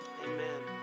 amen